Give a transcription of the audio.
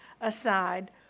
aside